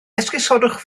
esgusodwch